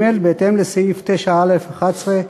בהתאם לסעיף 9(א)(11)